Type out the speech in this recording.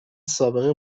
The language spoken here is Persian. سابقه